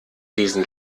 diesen